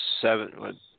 seven